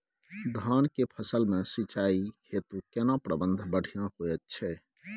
धान के फसल में सिंचाई हेतु केना प्रबंध बढ़िया होयत छै?